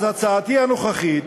אז הצעתי הנוכחית,